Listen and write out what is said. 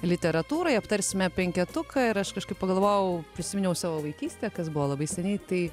literatūrai aptarsime penketuką ir aš kažkaip pagalvojau prisiminiau savo vaikystę kas buvo labai seniai tai